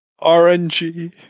RNG